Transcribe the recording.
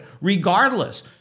regardless